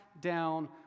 down